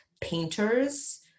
painters